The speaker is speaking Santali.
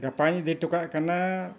ᱜᱟᱯᱟᱧ ᱤᱫᱤ ᱦᱚᱴᱚ ᱠᱟᱜ ᱠᱟᱱᱟ